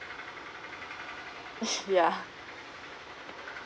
ya